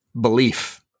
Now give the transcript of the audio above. belief